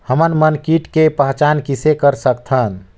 हमन मन कीट के पहचान किसे कर सकथन?